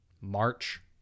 march